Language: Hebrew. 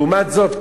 לעומת זאת,